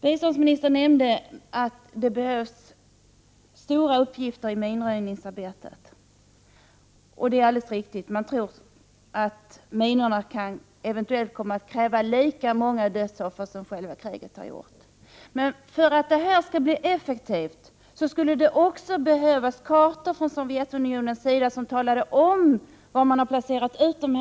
Biståndsministern nämnde att det behövs stora uppgifter i minröjningsarbetet. Det är alldeles riktigt. Man tror att minorna eventuellt kan komma att kräva lika många dödsoffer som själva kriget har gjort. För att minröjningsarbetet skall kunna bli effektivt, skulle man behöva kartor från Sovjetunionens sida som talar om var man har placerat ut minorna.